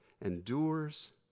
endures